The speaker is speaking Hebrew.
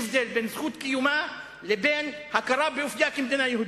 יש הבדל בין זכות קיומה לבין הכרה באופיה כמדינה יהודית.